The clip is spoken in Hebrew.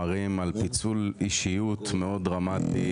מראים על פיצול אישיות מאוד דרמטי